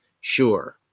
Sure